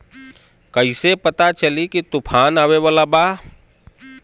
कइसे पता चली की तूफान आवा वाला बा?